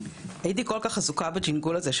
הייתי כל כך עסוקה בג׳ינגול הזה,